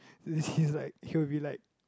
he's like he will be like